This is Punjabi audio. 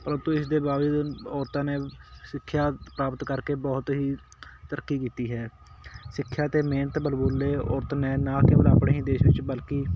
ਪ੍ਰੰਤੂ ਇਸ ਦੇ ਬਾਵਜੂਦ ਔਰਤਾਂ ਨੇ ਸਿੱਖਿਆ ਪ੍ਰਾਪਤ ਕਰਕੇ ਬਹੁਤ ਹੀ ਤਰੱਕੀ ਕੀਤੀ ਹੈ ਸਿੱਖਿਆ ਅਤੇ ਮਿਹਨਤ ਬਲਬੂਤੇ ਔਰਤ ਨੇ ਨਾ ਕੇਵਲ ਆਪਣੇ ਹੀ ਦੇਸ਼ ਵਿੱਚ ਬਲਕਿ